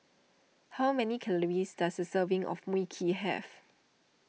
how many calories does a serving of Mui Kee have